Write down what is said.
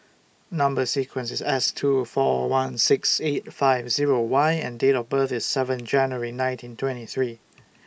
Number sequence IS S two four one six eight five Zero Y and Date of birth IS seven January nineteen twenty three